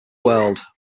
world